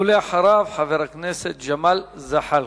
ואחריו, חבר הכנסת ג'מאל זחאלקה.